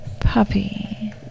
Puppy